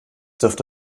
dürfte